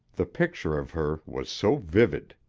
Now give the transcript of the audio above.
the picture of her was so vivid.